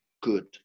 good